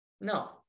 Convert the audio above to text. No